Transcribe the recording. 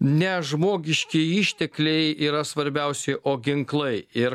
ne žmogiškieji ištekliai yra svarbiausi o ginklai ir